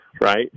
right